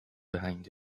behind